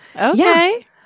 Okay